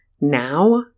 now